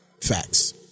Facts